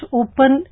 open